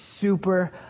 super